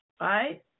right